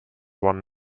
one